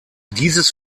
dieses